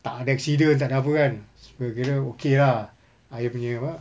tak ada accident tak ada apa kan so ki~ kira okay lah ayah punya apa